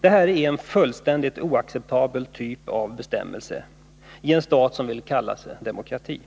Det här är en fullständigt oacceptabel typ av bestämmelser i en stat som vill kalla sig demokrati.